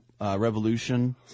Revolution